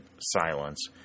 silence